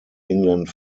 england